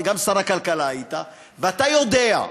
גם שר הכלכלה היית, ואתה יודע,